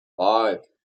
five